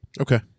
Okay